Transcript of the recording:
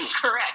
correct